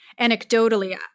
anecdotally